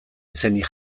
izenik